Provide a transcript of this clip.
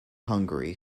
hungary